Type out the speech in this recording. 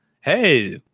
hey